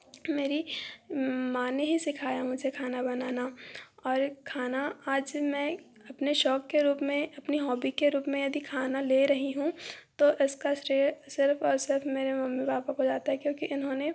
मेरी माँ ने ही सिखाया मुझे खाना बनाना और खाना आज मैं अपने शौक के रूप में अपनी हॉबी के रूप में यदि खाना ले रही हूँ तो इसका श्रेय सिर्फ़ और सिर्फ़ मेरे मम्मी पापा को जाता है क्योंकि इन्होंने